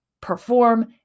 perform